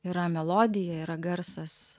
yra melodija yra garsas